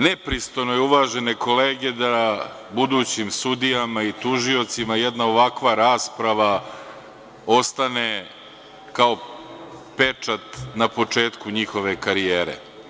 Nepristojno je, uvažene kolege, da budućim sudijama i tužiocima jedna ovakva rasprava ostane kao pečat na početku njihove karijere.